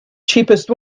cheapest